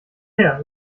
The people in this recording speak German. her